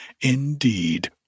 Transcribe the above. indeed